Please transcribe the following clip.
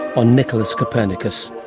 on nicolaus copernicus.